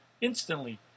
instantly